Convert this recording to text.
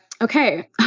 Okay